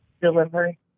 Delivery